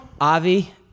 Avi